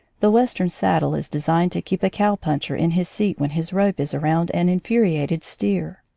the western saddle is designed to keep a cow-puncher in his seat when his rope is around an infuriated steer.